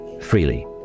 freely